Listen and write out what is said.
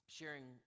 sharing